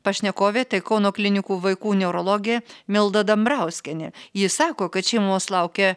pašnekovė tai kauno klinikų vaikų neurologė milda dambrauskienė ji sako kad šeimos laukia